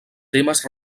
temes